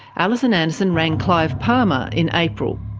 alison anderson rang clive palmer in april.